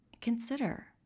Consider